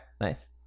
nice